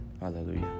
hallelujah